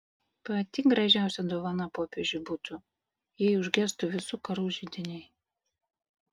pati gražiausia dovana popiežiui būtų jei užgestų visų karų židiniai